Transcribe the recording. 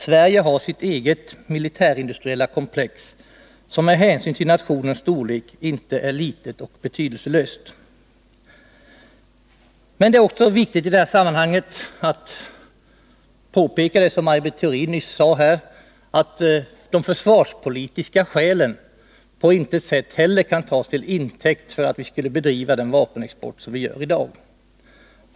Sverige har sitt eget militärindustriella komplex, som med hänsyn till nationens storlek inte är litet och betydelselöst. | Men det är i det här sammanhanget också viktigt att peka på det som Maj | Britt Theorin sade nyss, nämligen att de försvarspolitiska skälen heller inte | på något sätt kan tas till intäkt för att vi skulle bedriva den vapenexport som vi har i dag.